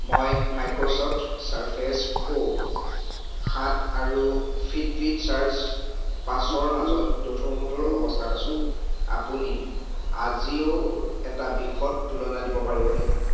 মই Microsoft Surface Pro সাত আৰু ফিটবিট চাৰ্জ পাঁচৰ মাজত দোধোৰ মোধোৰ অৱস্থাত আছোঁ আপুনি আজিঅ'ৰ এটা বিশদ তুলনা দিব পাৰিবনে